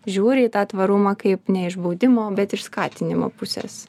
žiūri į tą tvarumą kaip ne iš baudimo bet iš skatinimo pusės